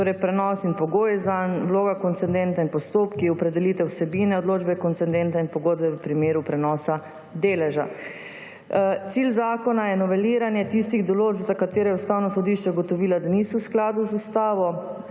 torej prenos in pogoji zanj, vloga koncedenta in postopki, opredelitev vsebine odločbe koncedenta in pogodbe v primeru prenosa deleža. Cilj zakona je noveliranje tistih določb za katere je Ustavno sodišče ugotovilo, da niso v skladu z ustavo.